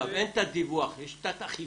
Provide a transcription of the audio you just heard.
אין תת-דיווח, יש תת-אכיפה.